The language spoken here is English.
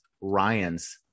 Ryan's